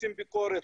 רוצים ביקורת,